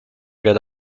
get